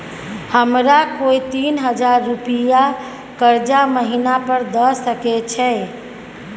हमरा कोय तीन हजार रुपिया कर्जा महिना पर द सके छै?